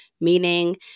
meaning